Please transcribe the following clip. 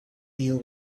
deal